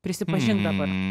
prisipažink dabar